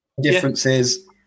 differences